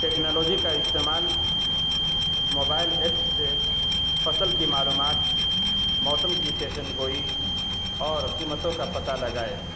technology کا استعمال mobile apps سے فصل کی معلومات موسم کی پیشن گوئی اور قیمتوں کا پتہ لگائے